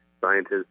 scientists